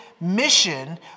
mission